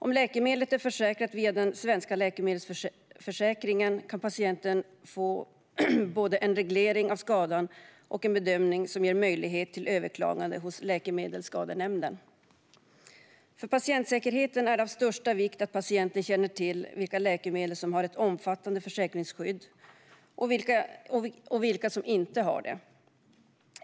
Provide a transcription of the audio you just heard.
Om läkemedlet är försäkrat via den svenska läkemedelsförsäkringen kan patienten få både en reglering av skadan och en bedömning som ger möjlighet till att överklaga hos Läkemedelsskadenämnden. För patientsäkerheten är det av största vikt att patienten känner till vilka läkemedel som har ett omfattande försäkringsskydd och vilka som inte har det.